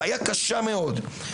בעיה קשה מאוד.